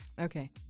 Okay